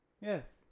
Yes